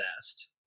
best